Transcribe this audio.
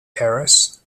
harris